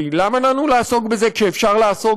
כי למה לנו לעסוק בזה כשאפשר לעסוק